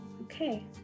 okay